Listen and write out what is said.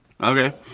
Okay